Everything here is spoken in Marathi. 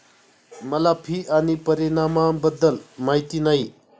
मला फी आणि परिणामाबद्दल माहिती नाही